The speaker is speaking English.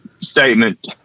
statement